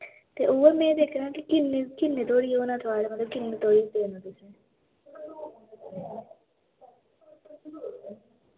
ते उ'यै में दिक्खना ते के किन्ने किन्ने धोड़ी होना थोआढ़ा मतलब किन्ने धोड़ी देना तुसें